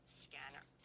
scanner